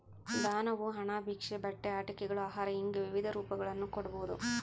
ದಾನವು ಹಣ ಭಿಕ್ಷೆ ಬಟ್ಟೆ ಆಟಿಕೆಗಳು ಆಹಾರ ಹಿಂಗೆ ವಿವಿಧ ರೂಪಗಳನ್ನು ಕೊಡ್ಬೋದು